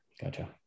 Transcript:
Gotcha